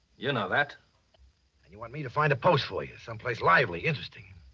you know that and you want me to find a post for you. someplace lively, interesting?